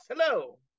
Hello